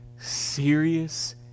serious